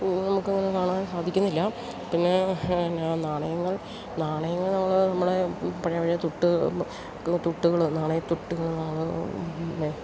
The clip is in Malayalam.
നമുക്കങ്ങനെ കാണാൻ സാധിക്കുന്നില്ല പിന്നെ നാണയങ്ങൾ നാണയങ്ങൾ നമ്മൾ നമ്മളെ പഴയ പഴയ തുട്ട് തുട്ടുകൾ നാണയത്തുട്ടുകൾ നമ്മൾ